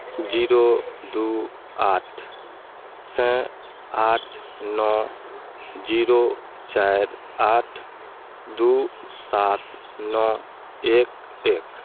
zero दू आठसँ आठ नओ जीरो चारि आठ दू सात नओ एक एक